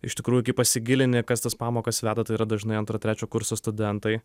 iš tikrųjų kai pasigilini kas tas pamokas veda tai yra dažnai antro trečio kurso studentai